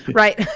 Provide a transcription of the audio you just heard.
right.